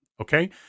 Okay